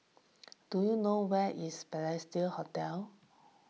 do you know where is Balestier Hotel